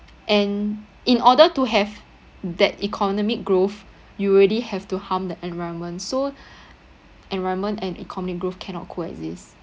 and in order to have that economic growth you already have to harm the environment so environment and economic growth cannot co-exist